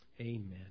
Amen